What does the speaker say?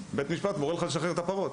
בית המשפט מורה לך לשחרר את הפרות.